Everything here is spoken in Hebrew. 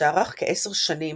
שארך כעשר שנים,